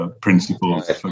Principles